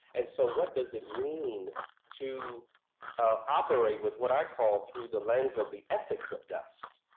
and so what does it mean to ah operate with what i call through the lens of the ethics of dust?